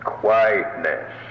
quietness